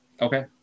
Okay